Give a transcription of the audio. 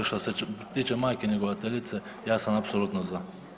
Što se tiče majke njegovateljice, ja sam apsolutno za.